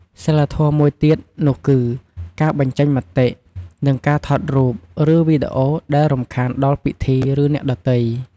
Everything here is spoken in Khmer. សីលធម៌មួយទៀតនោះគឺ ការបញ្ចេញមតិ និងការថតរូប ឬវីដេអូដែលរំខានដល់ពិធី ឬអ្នកដទៃ។